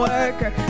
Worker